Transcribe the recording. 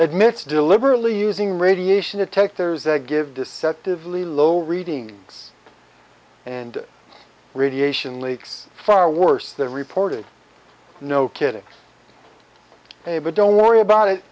admits deliberately using radiation detectors that give deceptively low readings and radiation leaks far worse than reported no kidding a bit don't worry about it